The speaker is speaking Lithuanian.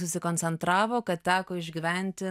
susikoncentravo kad teko išgyventi